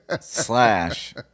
slash